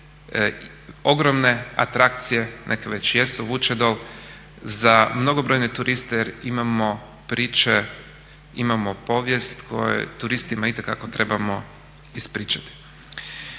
ogromne atrakcije, neke već jesu, Vučedol, za mnogobrojne turiste jer imamo priče, imamo povijest koju turistima itekako trebamo ispričati.